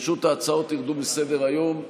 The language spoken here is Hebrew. פשוט ההצעות ירדו מסדר-היום.